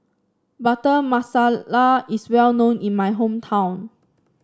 Butter Masala is well known in my hometown